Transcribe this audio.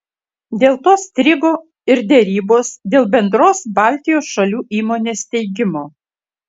dėl to strigo ir derybos dėl bendros baltijos šalių įmonės steigimo